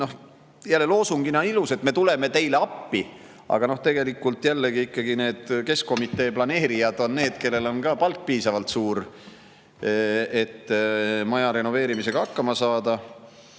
Jälle, loosungina on ilus, et me tuleme teile appi, aga tegelikult on need keskkomitee planeerijad inimesed, kellel on palk piisavalt suur, et maja renoveerimisega hakkama saada.